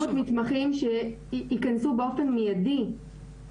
אלה 700 מתמחים שייכנסו באופן מיידי.